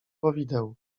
powideł